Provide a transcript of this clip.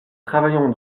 travaillant